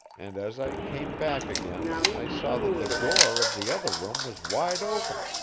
and as i came back again i saw that the door of the other room was wide open,